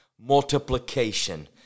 multiplication